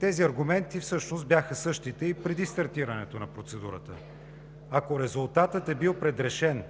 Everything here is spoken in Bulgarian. Тези аргументи всъщност бяха същите и преди стартирането на процедурата. Ако резултатът е бил предрешен,